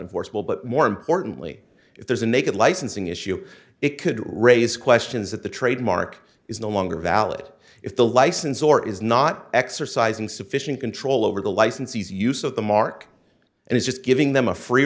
forcible but more importantly if there's a naked licensing issue it could raise questions that the trademark is no longer valid if the license or is not exercising sufficient control over the licensees use of the mark and is just giving them a free